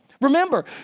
Remember